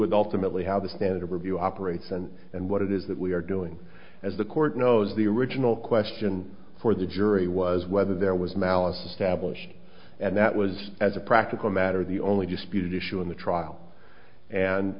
with ultimately how the standard review operates and and what it is that we are doing as the court knows the original question for the jury was whether there was malice established and that was as a practical matter the only disputed issue in the trial and